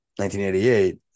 1988